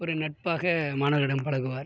ஒரு நட்பாக மாணவர்களிடம் பழகுவார்